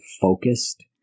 focused